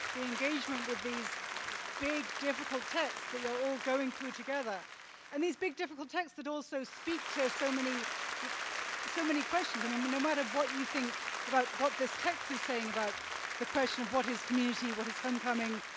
the engagement with these big difficult texts that you're all going through together and these big difficult texts that also speak to so many sort of so many questions. i mean no matter what you think about what this text is saying about the question of what is community, what is home-coming,